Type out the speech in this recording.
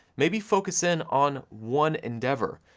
maybe focus in on one endeavor,